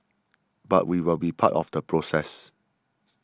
but we will be part of the process